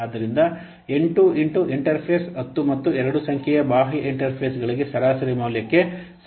ಆದ್ದರಿಂದ 8 into interface 10 ಮತ್ತು 2 ಸಂಖ್ಯೆಯ ಬಾಹ್ಯ ಇಂಟರ್ಫೇಸ್ಗಳಿಗೆ ಸರಾಸರಿ ಮೌಲ್ಯಕ್ಕೆ ಸರಾಸರಿ ಮೌಲ್ಯ 7 ಆಗಿದೆ